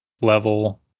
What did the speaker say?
level